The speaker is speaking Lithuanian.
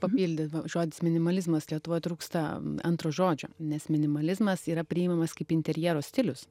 papildyt va žodis minimalizmas lietuvoj trūksta antro žodžio nes minimalizmas yra priimamas kaip interjero stilius